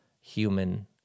human